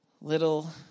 Little